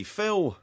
Phil